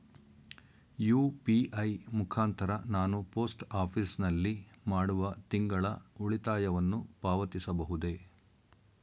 UPI ಮುಖಾಂತರ ನಾನು post office ನಲ್ಲಿ ಮಾಡುವ ತಿಂಗಳ ಉಳಿತಾಯವನ್ನು ಪಾವತಿಸಬಹುದೇ?